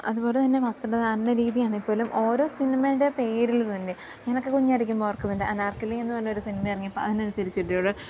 അതുപോലെത്തന്നെ വസ്ത്രധാരണ രീതിയാണെങ്കിൽപ്പോലും ഓരോ സിനിമേൻ്റെ പേരിൽത്തന്നെ ഞാനൊക്ക കുഞ്ഞായിരിക്കുമ്പോൾ ഓർക്കുന്നുണ്ട് അനാർക്കലീ എന്ന് പറഞ്ഞൊരു സിനിമ ഇറങ്ങിയപ്പം അതിനനുസരിച്ചിട്ടുള്ള